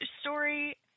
story